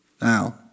Now